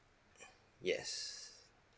yes